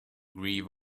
grieve